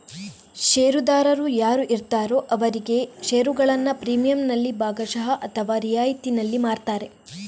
ಷೇರುದಾರರು ಯಾರು ಇರ್ತಾರೋ ಅವರಿಗೆ ಅವರಿಗೆ ಷೇರುಗಳನ್ನ ಪ್ರೀಮಿಯಂನಲ್ಲಿ ಭಾಗಶಃ ಅಥವಾ ರಿಯಾಯಿತಿನಲ್ಲಿ ಮಾರ್ತಾರೆ